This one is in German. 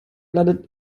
landet